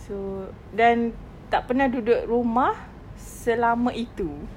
so then tak pernah duduk rumah selama itu